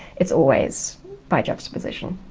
it's always by juxtaposition.